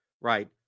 Right